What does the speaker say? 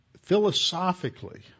philosophically